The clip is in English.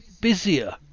busier